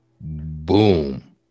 boom